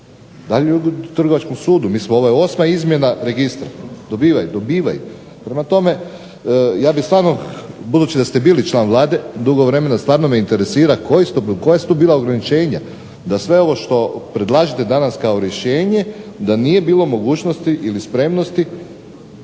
ljudi u trgovačkom sudu, mislim ovo je osma izmjena registra, dobivaju, dobivaju. Prema tome, ja bih stvarno, budući da ste bili član Vlade dugo vremena, stvarno me interesira koja su to bila ograničenja da sve ovo što predlažete danas kao rješenje, da nije bilo mogućnosti ili spremnosti,